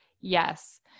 Yes